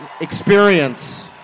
experience